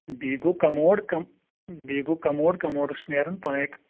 بیٚیہِ گوٚو commode commodes بیٚیہِ گوٚو کموڈ کموڈس چھُ نیران پویِنٹ